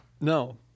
No